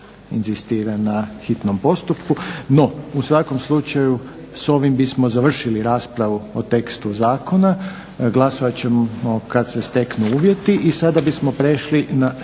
inzistira na hitnom postupku. No, u svakom slučaju s ovim bismo završili raspravu o tekstu zakona. Glasovat ćemo kad se steknu uvjeti. **Zgrebec, Dragica